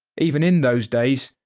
even in those days,